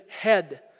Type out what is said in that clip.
head